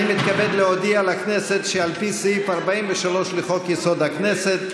אני מתכוון להודיע לכנסת שעל פי סעיף 43 לחוק-יסוד: הכנסת,